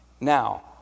Now